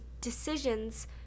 decisions